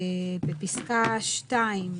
בפסקה (2),